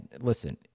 listen